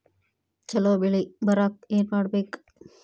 ಛಲೋ ಬೆಳಿ ಬರಾಕ ಏನ್ ಮಾಡ್ಬೇಕ್?